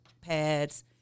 pads